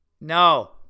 No